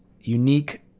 unique